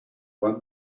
one